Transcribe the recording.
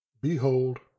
behold